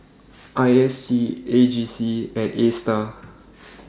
I S D E J C and A STAR